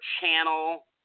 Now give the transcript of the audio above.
channel